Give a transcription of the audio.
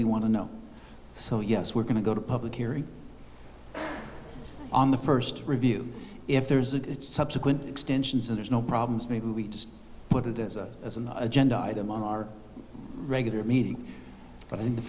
we want to know so yes we're going to go to a public hearing on the first review if there's a subsequent extensions or there's no problems maybe we just put it as an agenda item on our regular meeting but in th